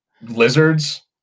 lizards